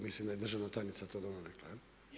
Mislim da je državna tajnica to dobro rekla.